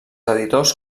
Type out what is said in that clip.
editors